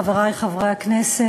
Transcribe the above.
חברי חברי הכנסת,